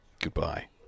Goodbye